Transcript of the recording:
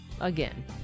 again